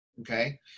Okay